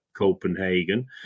Copenhagen